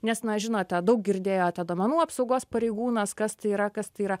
nes na žinote daug girdėjote duomenų apsaugos pareigūnas kas tai yra kas tai yra